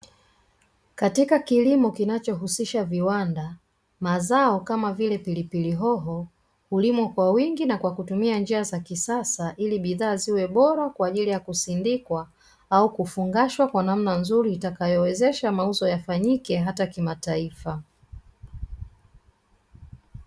Katika kilimo kinachohusisha viwanda; mazao kama vile pilipili hoho, hulimwa kwa wingi na kwa kutumia njia za kisasa ili bidhaa ziwe bora kwa ajili ya kusindikwa au kufungashwa kwa namna nzuri itakayowezesha mauzo yafanyike hata kimataifa.